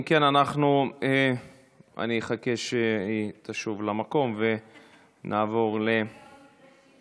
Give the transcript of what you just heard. אם כן, אני אחכה שהיא תשוב למקום ונעבור להצבעה.